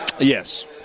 Yes